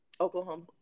Oklahoma